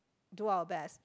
do our best